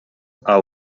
are